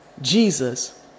Jesus